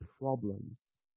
problems